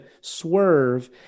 swerve